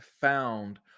found